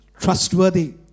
trustworthy